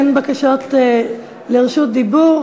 אין בקשות לרשות דיבור.